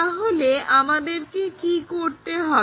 তাহলে আমাদেরকে কি করতে হবে